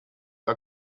are